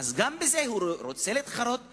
אז גם בזה הוא רוצה להתחרות באובמה,